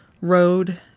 Road